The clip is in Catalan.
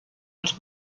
als